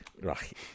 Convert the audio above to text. right